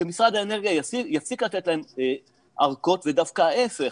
שמשרד האנרגיה יפסיק לתת להם ארכות ודווקא להיפך,